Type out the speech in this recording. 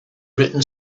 written